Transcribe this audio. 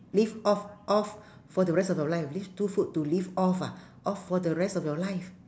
live off off for the rest of your life live two food to live off ah off for the rest of your life